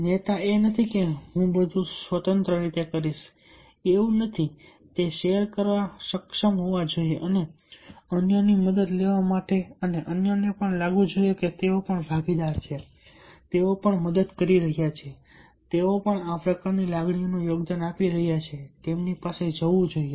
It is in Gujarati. નેતા એ નથી કે હું બધું સ્વતંત્ર રીતે કરીશ એવું નથી તે શેર કરવા સક્ષમ હોવા જોઈએ અન્યની મદદ લેવા માટે અન્યને પણ લાગવું જોઈએ કે તેઓ પણ ભાગીદાર છે તેઓ પણ મદદ કરી રહ્યા છે તેઓ પણ આ પ્રકારની લાગણીનું યોગદાન આપી રહ્યા છે તેમની પાસે જવું જોઈએ